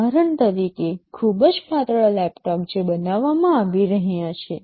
ઉદાહરણ તરીકે ખૂબ જ પાતળા લેપટોપ જે બનાવવામાં આવી રહ્યા છે